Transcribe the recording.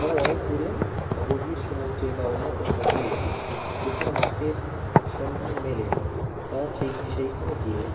তারা অনেক দূরে বা গভীর সমুদ্রে বা অন্য কোথাও গিয়ে যেখানে মাছের সন্ধান মেলে তারা ঠিক সেইখানে গিয়ে